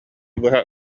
быһа